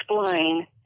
explain